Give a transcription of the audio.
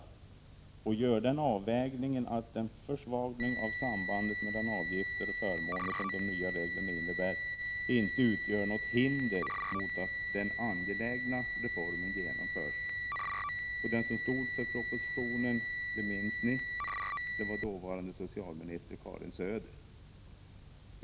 Hon gör den avvägningen att den försvagning av sambandet mellan avgifter och förmåner som de nya reglerna innebär inte utgör något hinder mot att den angelägna reformen genomförs. Den som stod för propositionen var dåvarande socialminister Karin Söder.